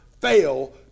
fail